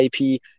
IP